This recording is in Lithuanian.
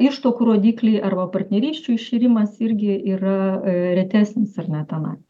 ištuokų rodikliai arba partnerysčių iširimas irgi yra retesnis ar ne tenai